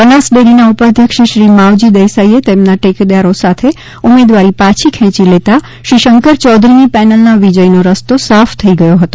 બનાસ ડેરીના ઉપાધ્યક્ષ શ્રી માવજી દેસાઇએ તેમના ટેકેદારી સાથે ઉમેદવારી પછી ખેંચી લેતા શ્રી શંકર યૌધરીની પેનલના વિજયનો રસ્તો સાફ થઈ ગયો હતો